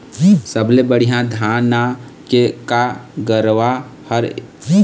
सबले बढ़िया धाना के का गरवा हर ये?